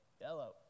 Yellow